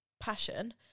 Passion